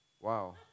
Wow